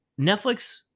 Netflix